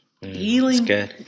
Healing